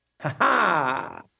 Ha-ha